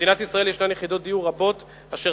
במדינת ישראל יש יחידות דיור רבות אשר